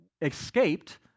escaped